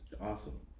Awesome